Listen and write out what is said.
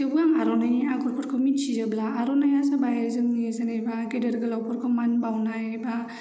थेवबो आं आर'नायनि आगरफोरखौ मिथिजोबला आर'नाया जाबाय जोंनि जेनेबा गिदिर गोलावफोरखौ मान बावनाय बा